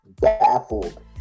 baffled